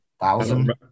Thousand